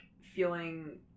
feeling